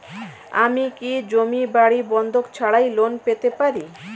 আমি কি জমি বাড়ি বন্ধক ছাড়াই লোন পেতে পারি?